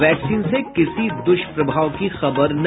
vaccine से किसी दुष्प्रभाव की खबर नहीं